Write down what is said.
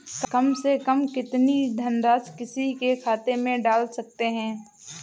कम से कम कितनी धनराशि किसी के खाते में डाल सकते हैं?